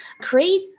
create